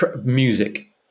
music